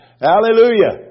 Hallelujah